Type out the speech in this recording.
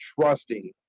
trusting